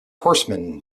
horseman